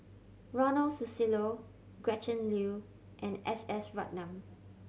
Ronald Susilo Gretchen Liu and S S Ratnam